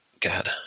God